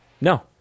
No